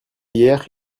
hier